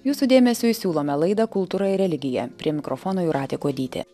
jūsų dėmesiui siūlome laidą kultūra ir religija prie mikrofono jūratė kuodytė